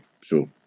sure